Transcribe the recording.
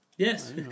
Yes